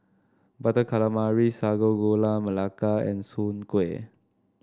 Butter Calamari Sago Gula Melaka and Soon Kueh